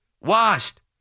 washed